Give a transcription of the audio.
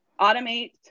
automate